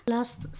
Last